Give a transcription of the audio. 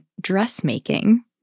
dressmaking